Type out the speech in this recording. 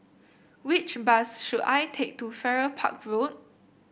which bus should I take to Farrer Park Road